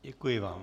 Děkuji vám.